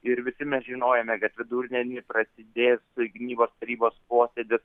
ir visi mes žinojome kad vidurdienį prasidės gynybos tarybos posėdis